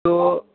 تو